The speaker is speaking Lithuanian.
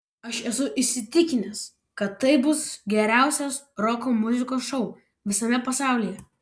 aš esu įsitikinęs kad tai bus geriausias roko muzikos šou visame pasaulyje